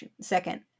second